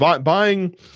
buying